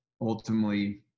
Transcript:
ultimately